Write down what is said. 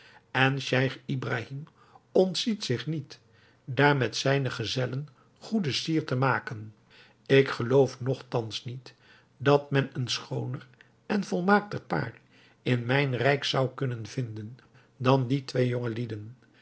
en scheich ibrahim ontziet zich niet daar met zijne gezellen goede sier te maken ik geloof nogtans niet dat men een schooner en volmaakter paar in mijn rijk zou kunnen vinden dan die twee